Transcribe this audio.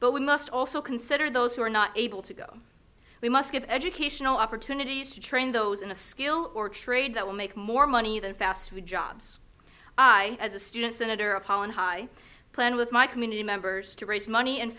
but we must also consider those who are not able to go we must give educational opportunities to train those in a skill or trade that will make more money than fast food jobs as a student senator of holland high plan with my community members to raise money and